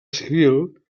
civil